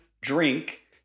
drink